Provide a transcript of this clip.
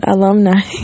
Alumni